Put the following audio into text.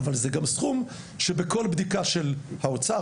אבל זה גם סכום שבכל בדיקה של האוצר,